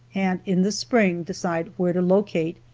and in the spring decide where to locate,